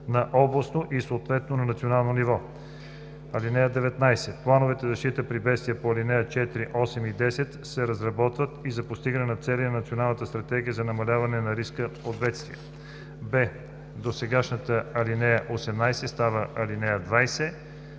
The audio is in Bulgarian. на областно и съответно на национално ниво. (19) Плановете за защита при бедствия по ал. 4, 8 и 10 се разработват и за постигане на целите на Националната стратегия за намаляване на риска от бедствия.“; б) досегашната ал. 18 става ал. 20.